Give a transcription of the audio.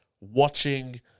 watching